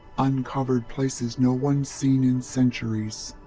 uncovered places no one's seen in centuries.